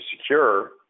secure